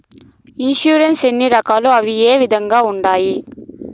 insurance ఎన్ని రకాలు అవి ఏ విధంగా ఉండాయి